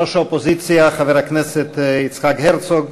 ראש האופוזיציה חבר הכנסת יצחק הרצוג,